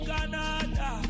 Canada